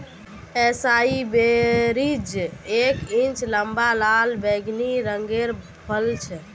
एसाई berries एक inch लंबा लाल बैंगनी रंगेर फल छे